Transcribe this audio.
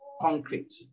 concrete